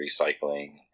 recycling